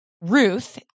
Ruth